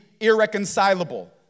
irreconcilable